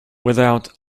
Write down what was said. without